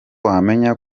wamenya